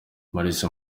maurice